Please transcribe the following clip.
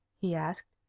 he asked.